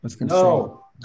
No